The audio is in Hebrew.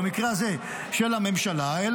של הממשלה במקרה הזה,